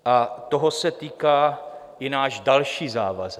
A toho se týká i náš další závazek.